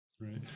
Right